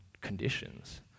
conditions